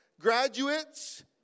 Graduates